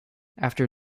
after